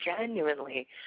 genuinely